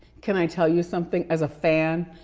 can i tell you something? as a fan.